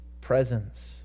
presence